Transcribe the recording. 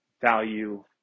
value